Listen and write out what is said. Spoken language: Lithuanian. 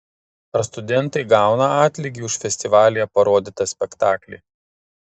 ar studentai gauna atlygį už festivalyje parodytą spektaklį